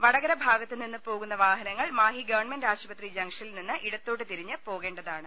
വടകര ഭാഗത്തുനിന്ന് പോകുന്ന വാഹനങ്ങൾ മാഹി ഗവൺമെന്റ് ആശുപത്രി ജംഗ്ഷനിൽ നിന്ന് ഇടത്തോട്ടു തിരിഞ്ഞ് പോകേണ്ടതാണ്